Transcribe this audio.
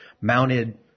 mounted